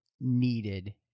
needed